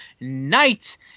night